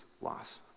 loss